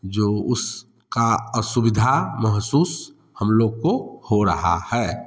जो उस का असुविधा महसूस हम लोग को हो रहा है